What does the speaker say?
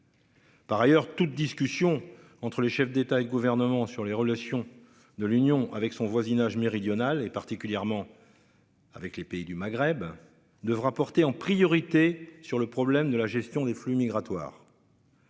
Par ailleurs, toute discussion entre les chefs d'État et de gouvernement sur les relations de l'Union avec son voisinage méridionale est particulièrement. Avec les pays du Maghreb devra porter en priorité sur le problème de la gestion des flux migratoires.